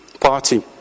party